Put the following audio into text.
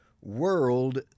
world